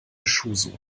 schuhsohle